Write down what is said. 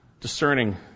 Discerning